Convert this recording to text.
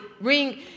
ring